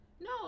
No